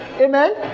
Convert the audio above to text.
Amen